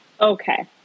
Okay